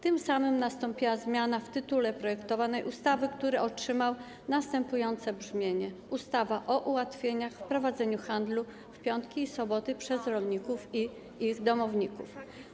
Tym samym nastąpiła zmiana w tytule projektowanej ustawy, który otrzymał następujące brzmienie: „Ustawa o ułatwieniach w prowadzeniu handlu w piątki i soboty przez rolników i ich domowników”